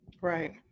Right